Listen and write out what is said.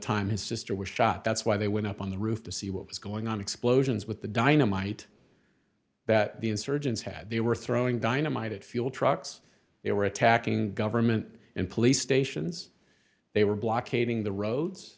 time his sister was shot that's why they went up on the roof to see what was going on explosions with the dynamite that the insurgents had they were throwing dynamited fuel trucks they were attacking government and police stations they were blockading the roads